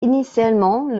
initialement